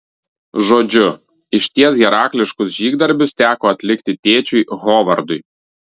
žodžiu išties herakliškus žygdarbius teko atlikti tėčiui hovardui